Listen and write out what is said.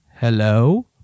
Hello